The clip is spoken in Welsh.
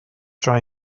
tra